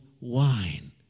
wine